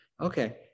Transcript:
Okay